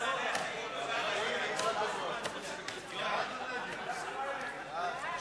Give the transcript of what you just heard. ההצעה להעביר את הצעת חוק צער בעלי-חיים (הגנה על בעלי-חיים) (תיקון,